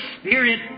Spirit